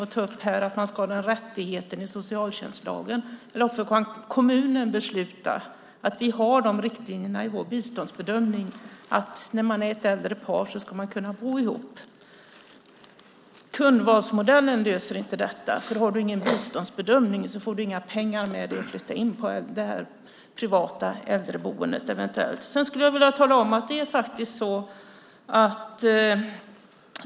Rättigheten ska finnas i socialtjänstlagen för ett äldre par att bo ihop eller också kan kommunen besluta om de riktlinjerna i biståndsbedömningarna. Kundvalsmodellen löser inte detta, för har du ingen biståndsbedömning får du inga pengar med dig för att eventuellt flytta in på ett privat äldreboende.